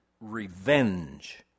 revenge